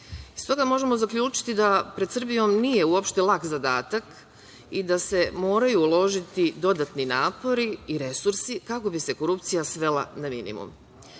možemo zaključiti da pred Srbijom nije uopšte lak zadatak i da se moraju uložiti dodatni napori i resursi kako bi se korupcija svela na minimum. Iz